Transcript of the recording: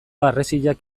harresiak